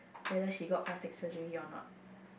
whether she got plastic surgery or not